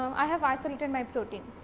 i have isolated my protein.